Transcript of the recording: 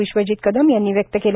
विश्वजीत कदम यांनी व्यक्त केला